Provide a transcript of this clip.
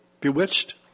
Bewitched